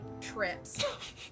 trips